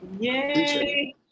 Yay